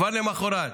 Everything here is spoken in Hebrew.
כבר למוחרת,